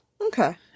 Okay